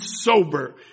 sober